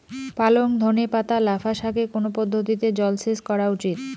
পালং ধনে পাতা লাফা শাকে কোন পদ্ধতিতে জল সেচ করা উচিৎ?